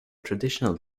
traditional